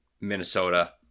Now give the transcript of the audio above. Minnesota